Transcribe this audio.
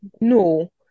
No